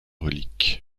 reliques